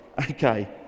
Okay